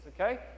okay